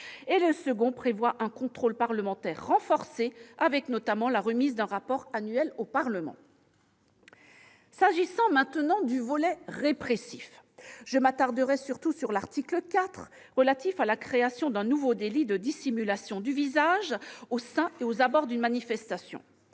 ; le second prévoit un contrôle parlementaire renforcé, notamment avec la remise d'un rapport annuel au Parlement. S'agissant, à présent, du volet répressif, je m'attarderai surtout sur l'article 4, relatif à la création d'un nouveau délit de dissimulation du visage au sein ou aux abords immédiats d'une manifestation.